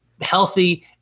healthy